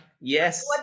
yes